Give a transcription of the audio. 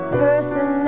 person